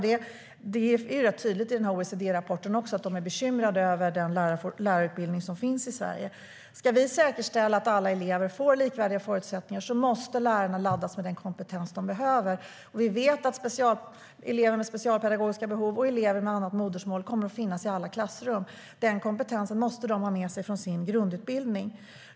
Det är tydligt i OECD-rapporten att de också är bekymrade över den lärarutbildning som finns i Sverige. Ska vi säkerställa att alla elever får likvärdiga förutsättningar måste lärarna laddas med den kompetens de behöver. Vi vet att elever med specialpedagogiska behov och elever med annat modersmål kommer att finnas i alla klassrum. Den kompetensen måste lärarna ha med sig från sin grundutbildning.